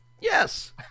Yes